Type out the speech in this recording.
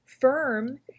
firm